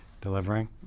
delivering